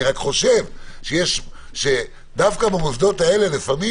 אני רק חושב שדווקא במוסדות האלה לפעמים